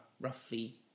roughly